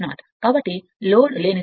కాబట్టి S0 n S n 0 n S లేదా n 0 1 S0